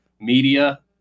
Media